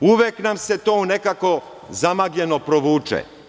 Uvek nam se to nekako zamagljeno provuče.